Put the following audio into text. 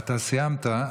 אתה סיימת.